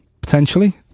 potentially